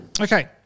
Okay